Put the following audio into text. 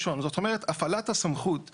בכל מקרה זאת השאיפה, וזו פרקטיקה שהולכת ומתרחבת,